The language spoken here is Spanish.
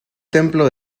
templo